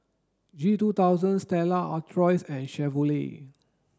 G two thousand Stella Artois and Chevrolet